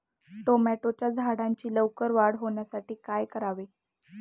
टोमॅटोच्या झाडांची लवकर वाढ होण्यासाठी काय करावे?